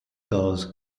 does